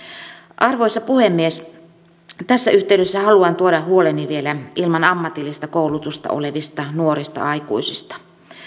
arvoisa puhemies tässä yhteydessä haluan tuoda huoleni vielä ilman ammatillista koulutusta olevista nuorista aikuisista